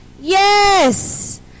yes